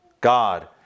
God